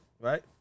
right